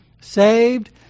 saved